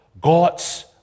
god's